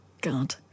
God